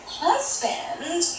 husband